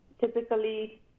Typically